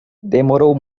demorou